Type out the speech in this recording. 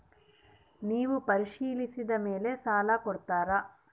ನೇವು ಪರಿಶೇಲಿಸಿದ ಮೇಲೆ ಸಾಲ ಕೊಡ್ತೇರಾ?